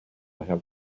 have